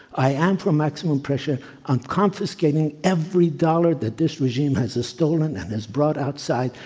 i am for maximum pressure on confiscating every dollar that this regime has stolen and has brought outside.